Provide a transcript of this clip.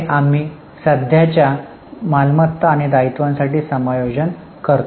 तेथे आम्ही सध्याच्या मालमत्ता आणि दायित्वांसाठी समायोजन करतो